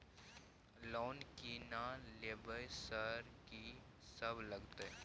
Loan की ना लेबय सर कि सब लगतै?